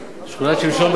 בשכונת-שמשון באשקלון?